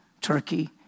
Turkey